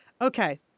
Okay